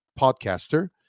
podcaster